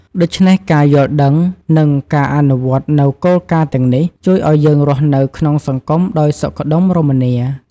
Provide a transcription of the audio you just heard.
ដូច្នេះ ការយល់ដឹង និងការអនុវត្តនូវគោលការណ៍ទាំងនេះ ជួយឱ្យយើងរស់នៅក្នុងសង្គមដោយសុខដុមរមនា។